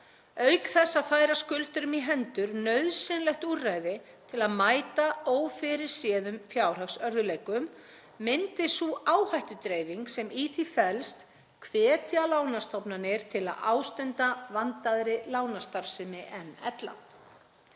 Auk þess að færa skuldurum í hendur nauðsynlegt úrræði til að mæta ófyrirséðum fjárhagslegum örðugleikum myndi sú áhættudreifing sem í því felst hvetja lánastofnanir til að ástunda vandaðri lánastarfsemi en ella.